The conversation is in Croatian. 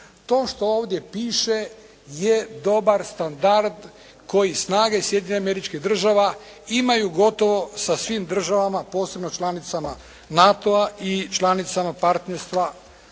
To što ovdje piše je dobar standard koji snage Sjedinjenih Američkih Država imaju gotovo sa svim državama posebno članicama NATO-a i članicama Partnerstva za